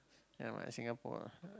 ya lah Singapore lah